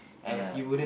ya